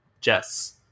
Jess